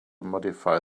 modify